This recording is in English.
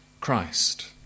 Christ